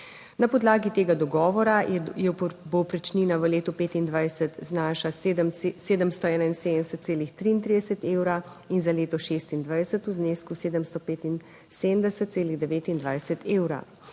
Na podlagi tega dogovora je povprečnina v letu 2025 znaša 771,33 Evra in za leto 2026 v znesku 775,29 evra.